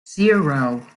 zero